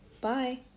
Bye